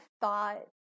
thought